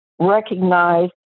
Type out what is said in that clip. recognize